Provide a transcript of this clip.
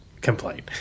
complaint